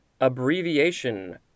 Abbreviation